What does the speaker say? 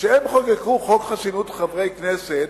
כשהם חוקקו חוק חסינות חברי כנסת,